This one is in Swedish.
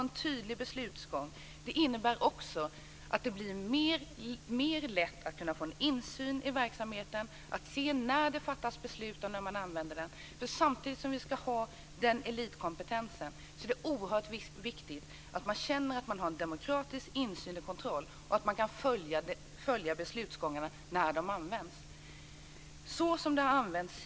En tydlig beslutsgång innebär att det blir lättare att få insyn i verksamheten. Vi kan se när det fattas beslut om att använda styrkan. Samtidigt som vi ska ha en elitkompetens är det oerhört viktigt att man känner att man har en demokratisk insyn och kontroll, och att man kan följa beslutsgångarna när styrkan används.